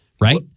Right